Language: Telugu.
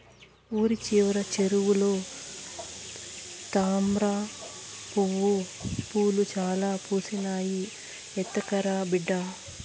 ఊరి చివర చెరువులో తామ్రపూలు చాలా పూసినాయి, ఎత్తకరా బిడ్డా